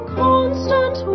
constant